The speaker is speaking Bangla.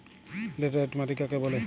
লেটেরাইট মাটি কাকে বলে?